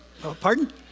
Pardon